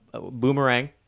boomerang